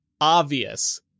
obvious